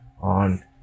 on